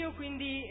quindi